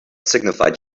signified